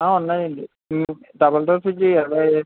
ఆ ఉన్నాయండి double door fridge ఇరవై